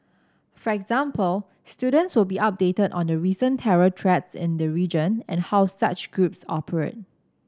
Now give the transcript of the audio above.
for example students will be updated on the recent terror threats in the region and how such groups operate